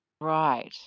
Right